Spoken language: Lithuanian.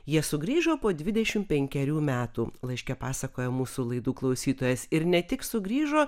jie sugrįžo po dvidešimt penkerių metų laiške pasakoja mūsų laidų klausytojas ir ne tik sugrįžo